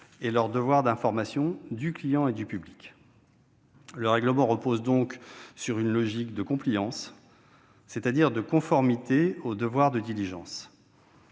et leur devoir d'information du client et du public. Le règlement repose donc sur une logique de, c'est-à-dire de conformité au devoir de diligence.